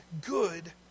good